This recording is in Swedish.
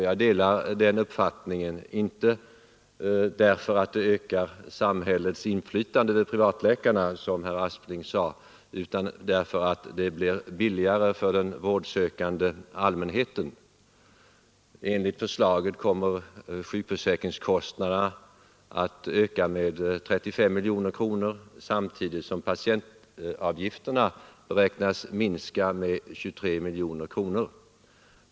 Jag delar också den uppfattningen, inte därför att det ökar samhällets inflytande över privatläkarna som herr Aspling sade, utan därför att det blir billigare för den vårdsökande allmänheten. Enligt förslaget kommer sjukförsäkringskostnaderna att öka med 35 miljoner kronor, samtidigt som patientavgifterna beräknas minska med 23 miljoner kronor.